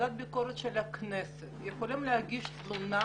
כוועדת ביקורת של הכנסת יכולים להגיש תלונה